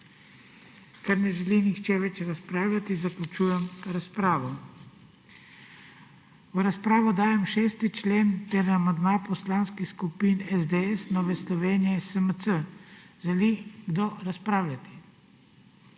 Ker ne želi nihče več razpravljati, zaključujem razpravo. V razpravo dajem 6. členu, ter amandma poslanskih skupin SDS, Nove Slovenije in SMC. Želi kdo razpravljati?